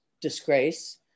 disgrace